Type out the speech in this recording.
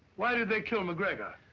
why did they kill macgregor?